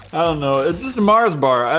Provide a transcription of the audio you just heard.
no, it's mars bar